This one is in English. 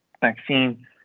vaccine